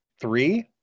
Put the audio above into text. three